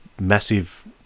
massive